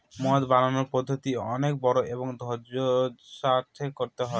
মদ বানানোর পদ্ধতি অনেক বড়ো এবং ধৈর্য্যের সাথে করতে হয়